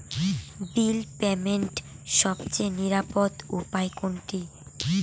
বিল পেমেন্টের সবচেয়ে নিরাপদ উপায় কোনটি?